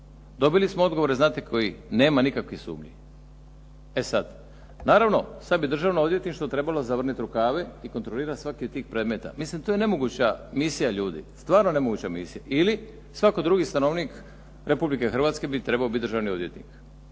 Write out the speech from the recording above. Dobili smo odgovore znate koje, nema nikakvih sumnji. E sad, naravno sad bi Državno odvjetništvo trebalo zavrnuti rukave i kontrolirati svaki od tih predmeta. Mislim, to je nemoguća misija ljudi, stvarno nemoguća misija. Ili, svaki drugi stanovnik Republike Hrvatske bi trebao biti državni odvjetnik